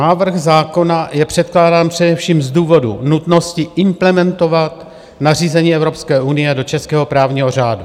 Návrh zákona je předkládán především z důvodu nutnosti implementovat nařízení Evropské unie do českého právního řádu.